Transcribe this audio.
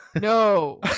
No